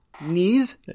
knees